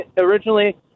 originally